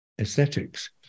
aesthetics